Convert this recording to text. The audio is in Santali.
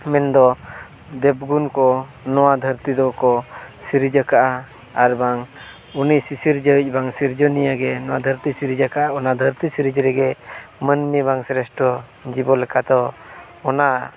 ᱢᱮᱱᱫᱚ ᱫᱮᱵᱜᱩᱱ ᱠᱚ ᱱᱚᱣᱟ ᱫᱷᱟᱹᱨᱛᱤ ᱫᱚᱠᱚ ᱥᱤᱨᱤᱡᱽ ᱟᱠᱟᱫᱼᱟ ᱟᱨᱵᱟᱝ ᱩᱱᱤ ᱥᱤᱥᱤᱨᱡᱟᱹᱣᱤᱡ ᱟᱨ ᱵᱟᱝ ᱥᱤᱨᱡᱟᱹᱱᱤᱭᱟᱹ ᱜᱮ ᱱᱚᱣᱟ ᱫᱷᱟᱹᱨᱛᱤ ᱥᱤᱨᱤᱡᱽ ᱟᱠᱟᱫᱼᱟ ᱚᱱᱟ ᱫᱷᱟᱹᱨᱛᱤ ᱥᱤᱨᱤᱡᱽ ᱨᱮᱜᱮ ᱢᱟᱱᱢᱤ ᱵᱟᱝ ᱥᱨᱮᱥᱴᱷᱚ ᱡᱤᱵᱚᱱ ᱞᱮᱠᱟᱛᱮ ᱚᱱᱟ